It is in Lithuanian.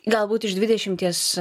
galbūt iš dvidešimties